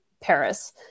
Paris